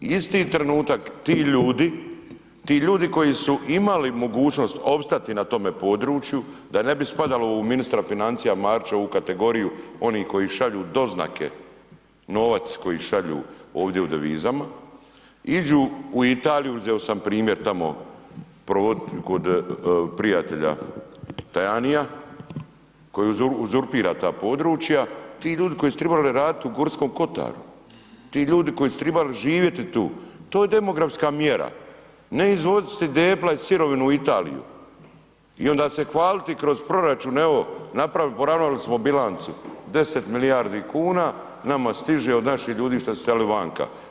Isti trenutak ti ljudi, ti ljudi koji su imali mogućnost opstati na tome području da ne bi spadalo u ministra financija Marića u kategoriju onih koji šalju doznake, novac koji šalju ovdje u devizama iđu u Italiju, uzeo sam primjer tamo provodit kod prijatelja Tajanija koji uzurpira ta područja, ti ljudi koji su tribali raditi u Gorskom kotaru, ti ljudi koji su tribali živjeti tu, to je demografska mjera, ne izvoziti debla i sirovinu u Italiju i onda se hvaliti kroz proračun evo napravili, poravnali smo bilancu, 10 milijardi kuna nama stiže od naših ljudi što su iselili vanka.